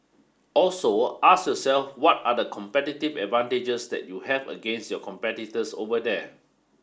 also ask yourself what are the competitive advantages that you have against your competitors over there